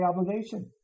obligation